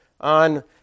on